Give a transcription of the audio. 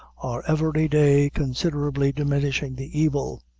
are every day considerably diminishing the evil.